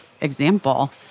example